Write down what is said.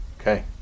Okay